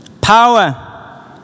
power